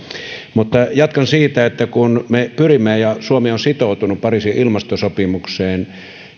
mutta jatkan siitä että kun me pyrimme ja suomi on sitoutunut pariisin ilmastosopimukseen